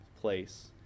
place